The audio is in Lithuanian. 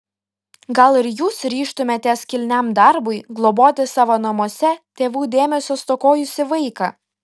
gal ir jūs ryžtumėtės kilniam darbui globoti savo namuose tėvų dėmesio stokojusį vaiką